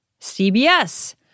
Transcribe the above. CBS